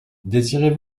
désirez